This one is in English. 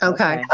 Okay